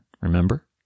remember